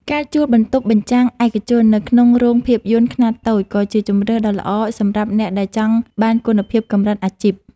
ការជួលបន្ទប់បញ្ចាំងឯកជននៅក្នុងរោងភាពយន្តខ្នាតតូច ក៏ជាជម្រើសដ៏ល្អសម្រាប់អ្នកដែលចង់បានគុណភាពកម្រិតអាជីព។